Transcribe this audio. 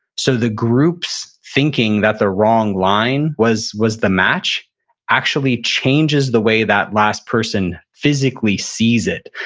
so, the groups thinking that the wrong line was was the match actually changes the way that last person physically sees it.